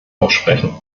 aussprechen